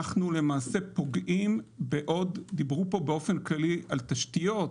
אנחנו למעשה פוגעים בעוד דברים שלא חוזרים לעצמם.